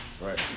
Right